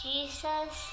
Jesus